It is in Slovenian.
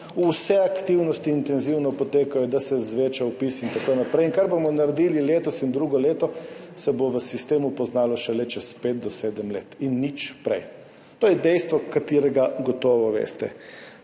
Vse aktivnosti intenzivno potekajo, da se poveča vpis in tako naprej. In kar bomo naredili letos in drugo leto, se bo v sistemu poznalo šele čez pet do sedem let in nič prej. To je dejstvo, ki ga gotovo veste.